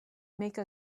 make